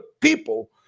people